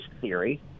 theory